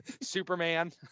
Superman